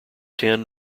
ten